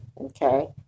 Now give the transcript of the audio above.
okay